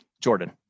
Jordan